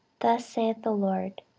thus saith the lord,